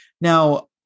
Now